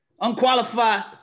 Unqualified